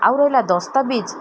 ଆଉ ରହିଲା ଦସ୍ତାବିଜ୍